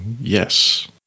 yes